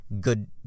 good